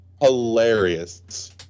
hilarious